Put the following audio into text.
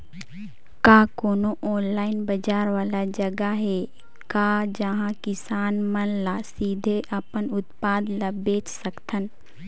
का कोनो ऑनलाइन बाजार वाला जगह हे का जहां किसान मन ल सीधे अपन उत्पाद ल बेच सकथन?